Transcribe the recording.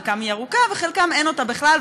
בחלקם היא ארוכה ובחלקם אין אותה בכלל,